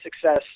success